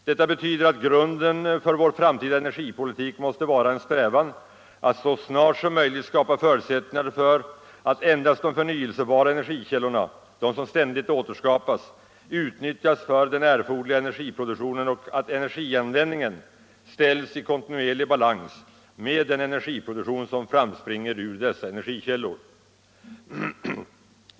Detta betyder att grunden för vår framtida energipolitik måste vara en strävan att så snart som möjligt skapa förutsättningar för att endast de förnyelsebara energikällorna — de som ständigt återskapas —- utnyttjas för den erforderliga energiproduktionen och att energianvändningen ställs i kontinuerlig balans med den energiproduktion som framspringer ur dessa energikällor.